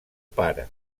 pare